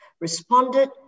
responded